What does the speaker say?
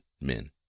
men